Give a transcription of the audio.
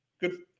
Good